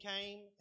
came